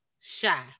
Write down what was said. shy